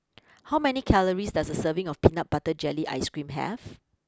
how many calories does a serving of Peanut Butter Jelly Ice cream have